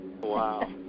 Wow